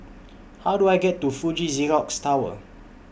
How Do I get to Fuji Xerox Tower